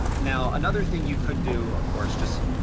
now another thing you could do, of course, just,